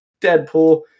Deadpool